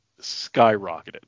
skyrocketed